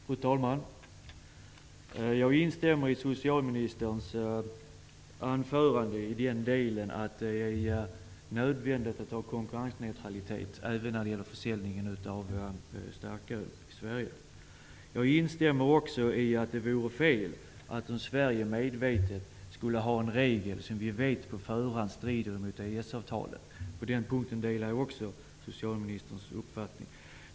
Fru talman! Jag instämmer i socialministerns anförande till den delen att det är nödvändigt att ha konkurrensneutralitet även när det gäller försäljningen av starköl i Sverige. Jag instämmer också i att det vore fel om Sverige medvetet skulle ha en regel som strider mot EES-avtalet. På den punkten delar jag också socialministerns uppfattning.